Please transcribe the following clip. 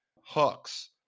Hooks